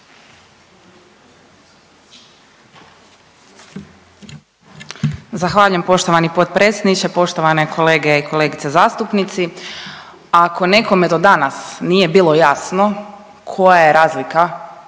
Zahvaljujem poštovani potpredsjedniče. Poštovane kolege i kolegice zastupnici, ako nekome do danas nije bilo jasno koja je razlika